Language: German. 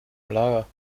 lager